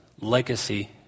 legacy